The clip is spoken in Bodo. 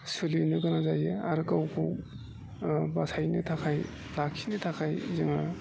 सोलिनो गोनां जायो आरो गावखौ बासायनो थाखाय लाखिनो थाखाय जोङो